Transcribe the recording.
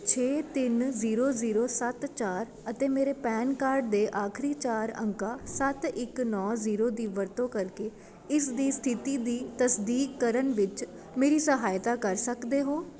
ਛੇ ਤਿੰਨ zero zero ਸੱਤ ਚਾਰ ਅਤੇ ਮੇਰੇ ਪੈਨ ਕਾਰਡ ਦੇ ਆਖਰੀ ਚਾਰ ਅੰਕਾਂ ਸੱਤ ਇੱਕ ਨੌਂ ਜ਼ੀਰੋ ਦੀ ਵਰਤੋਂ ਕਰਕੇ ਇਸ ਦੀ ਸਥਿਤੀ ਦੀ ਤਸਦੀਕ ਕਰਨ ਵਿੱਚ ਮੇਰੀ ਸਹਾਇਤਾ ਕਰ ਸਕਦੇ ਹੋ